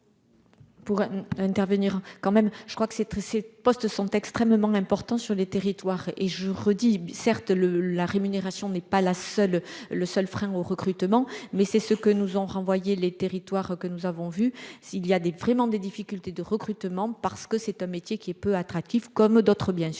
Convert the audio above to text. Pour intervenir quand même, je crois que c'est très ces postes sont extrêmement importants sur les territoires et je redis, certes le la rémunération n'est pas la seule, le seul frein au recrutement mais c'est ce que nous ont renvoyé les territoires que nous avons vu, s'il y a des vraiment des difficultés de recrutement parce que c'est un métier qui est peu attractif, comme d'autres, bien sûr,